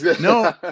No